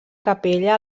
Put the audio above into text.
capella